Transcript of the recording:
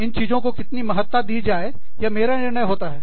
इन चीजों को कितनी महत्ता दी जाए यह मेरा निर्णय होता है